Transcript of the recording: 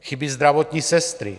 Chybějí zdravotní sestry.